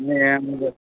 இல்லையே எங்களுக்கு